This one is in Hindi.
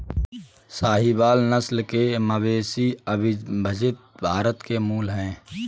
साहीवाल नस्ल के मवेशी अविभजित भारत के मूल हैं